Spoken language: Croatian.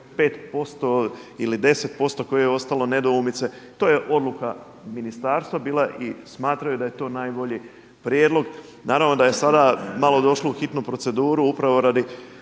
5% ili 10% koji je ostalo nedoumice to je odluka ministarstva bila i smatraju da je to najbolji prijedlog. Naravno da je sada malo došlo u hitnu proceduru upravo radi